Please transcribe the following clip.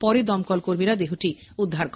পরে দমকলকর্মীরা দেহটি উদ্ধার করে